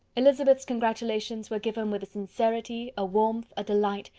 elizabeth's congratulations were given with a sincerity, a warmth, a delight,